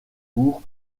bourg